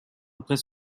après